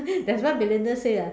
that's what Belinda say ah